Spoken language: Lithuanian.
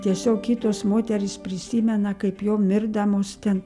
tiesiog kitos moterys prisimena kaip jom mirdamos ten